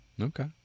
Okay